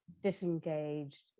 disengaged